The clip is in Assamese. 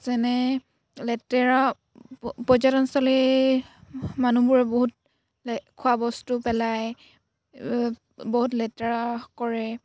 যেনে লেতেৰা পৰ্যটনস্থলী মানুহবোৰে বহুত খোৱাবস্তু পেলায় বহুত লেতেৰা কৰে